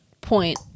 Point